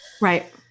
Right